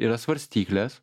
yra svarstyklės